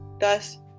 Thus